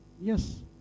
Yes